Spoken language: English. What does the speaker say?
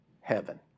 Heaven